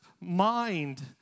mind